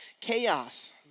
chaos